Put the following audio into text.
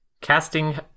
...casting